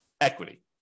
equity